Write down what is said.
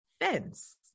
Fence